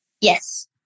Yes